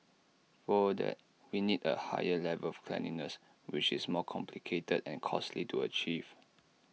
for that we need A higher level of cleanliness which is more complicated and costly to achieve